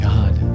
God